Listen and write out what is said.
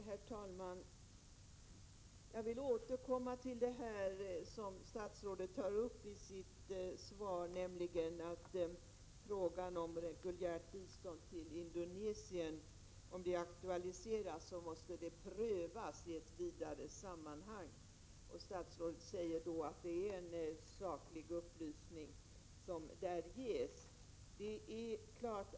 Herr talman! Jag vill återkomma till vad statsrådet säger i sitt svar om att ifall frågan om reguljärt bistånd till Indonesien aktualiseras, så måste den prövas i ett vidare sammanhang. Statsrådet säger att det är en saklig upplysning som här ges.